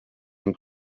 and